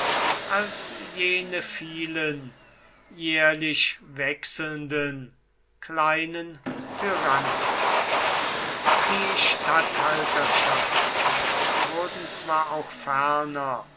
als jene vielen jährlich wechselnden kleinen tyrannen die statthalterschaften wurden zwar auch ferner